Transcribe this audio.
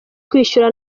kwishyura